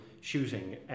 shooting